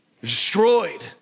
Destroyed